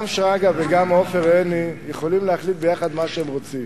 גם שרגא וגם עופר עיני יכולים להחליט ביחד מה שהם רוצים,